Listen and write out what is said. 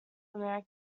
america